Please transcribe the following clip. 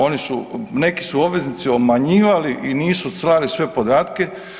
Oni su, neki su obveznici obmanjivali i nisu slali sve podatke.